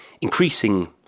increasing